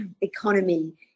economy